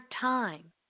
time